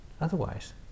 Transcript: otherwise